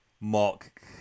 Mark